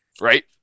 right